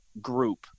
group